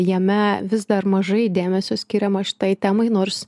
jame vis dar mažai dėmesio skiriama šitai temai nors